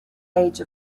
age